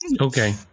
Okay